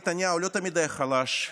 נתניהו לא תמיד היה חלש,